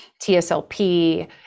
tslp